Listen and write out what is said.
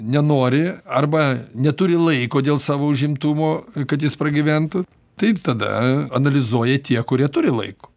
nenori arba neturi laiko dėl savo užimtumo kad jis pragyventų taip tada analizuoja tie kurie turi laiko